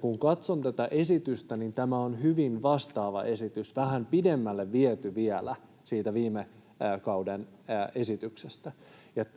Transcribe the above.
kun katson tätä esitystä, niin tämä on hyvin vastaava esitys, viety vähän pidemmälle vielä siitä viime kauden esityksestä.